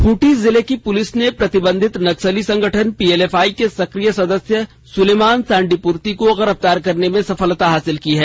खूंटी जिले की पुलिस ने प्रतिबंधित नक्सली संगठन पीएलएफआई के सकिय सदस्य सुलेमान सांडीपूर्ति को गिरफतार करने में सफलता हासिल की है